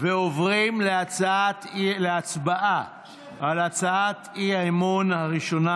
ועוברים להצבעה על הצעת האי-אמון הראשונה,